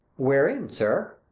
wherein, sir?